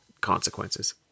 consequences